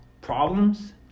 problems